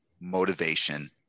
motivation